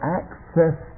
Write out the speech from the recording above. access